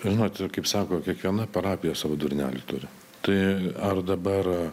žinote kaip sako kiekviena parapija savo durnelį turi tai ar dabar